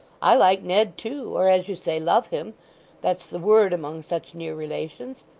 i like ned too or, as you say, love him that's the word among such near relations.